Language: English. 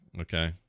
Okay